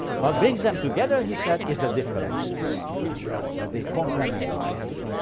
but brings them together, he said, is the differences that they complement each other.